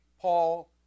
Paul